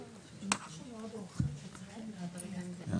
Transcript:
הנושא הוא ציונות,